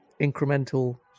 incremental